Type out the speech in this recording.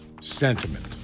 sentiment